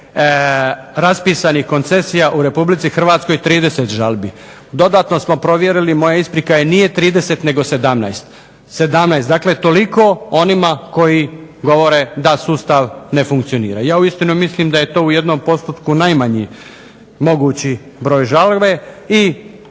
tisuće raspisanih koncesija u RH 30 žalbi. Dodatno smo provjerili, nije 30 nego 17. dakle, toliko onima koji govore da sustav ne funkcionira. Ja uistinu mislim da je to u jednom postupku najmanji mogući broj žalbe.